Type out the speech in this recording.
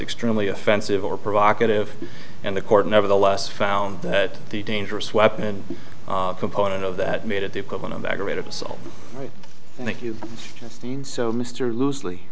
extremely offensive or provocative and the court nevertheless found that the dangerous weapon and component of that made it the equivalent of aggravated assault thank you so mr loosely